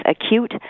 acute